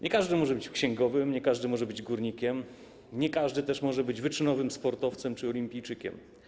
Nie każdy może być księgowym, nie każdy może być górnikiem, nie każdy też może być wyczynowym sportowcem czy olimpijczykiem.